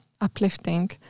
uplifting